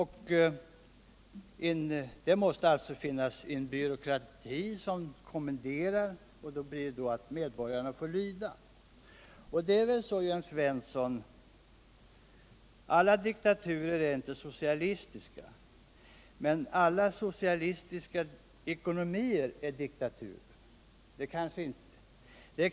Här måste alltså finnas en byråkrati som kommenderar, varigenom medborgarna kommer att få lida. Det är väl så, Jörn Svensson, att alla diktaturer inte är socialistiska men att alla socialistiska ekonomiska system är diktatoriska.